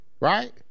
Right